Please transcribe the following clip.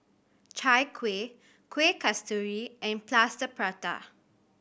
Chai Kuih Kueh Kasturi and Plaster Prata